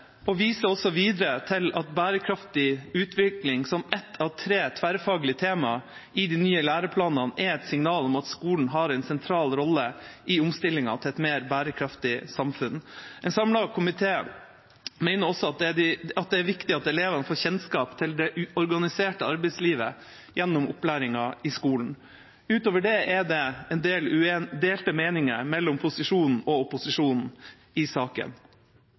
og viser videre til at bærekraftig utvikling som ett av tre tverrfaglige tema i de nye læreplanene er et signal om at skolen har en sentral rolle i omstillingen til et mer bærekraftig samfunn. En samlet komité mener også det er viktig at elevene får kjennskap til det organiserte arbeidslivet gjennom opplæringen i skolen. Utover det er det en del delte meninger mellom posisjon og opposisjon i saken.